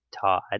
Todd